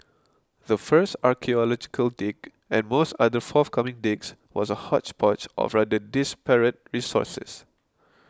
the first archaeological dig and most other forthcoming digs was a hodgepodge of rather disparate resources